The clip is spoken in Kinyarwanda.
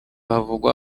havurwa